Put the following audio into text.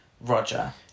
Roger